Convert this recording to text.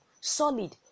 solid